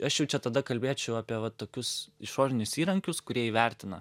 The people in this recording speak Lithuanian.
aš jau čia tada kalbėčiau apie va tokius išorinius įrankius kurie įvertina